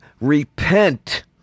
repent